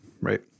right